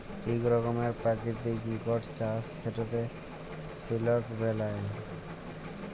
ইক রকমের পারকিতিক ইকট চাষ যেটতে সিলক বেলায়